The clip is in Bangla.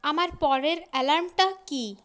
আমার পরের অ্যালার্মটা কি